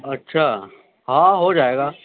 اچھا ہاں ہو جائے گا